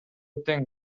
тең